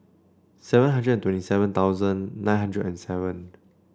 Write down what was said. seven hundred and twenty seven thousand nine hundred and seven